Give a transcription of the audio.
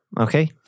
Okay